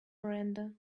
render